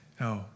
No